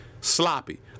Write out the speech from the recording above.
sloppy